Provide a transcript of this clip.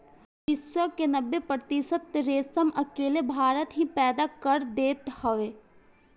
विश्व के नब्बे प्रतिशत रेशम अकेले भारत ही पैदा कर देत हवे